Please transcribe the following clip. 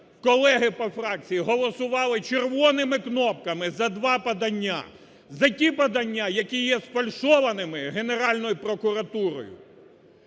колеги по фракції, голосували червоними кнопками за два подання. За ті подання, які є сфальшованими Генеральною прокуратурою.